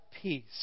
peace